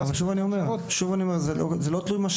הענף הזה --- אני שוב אומר: זה לא תלוי משאבים.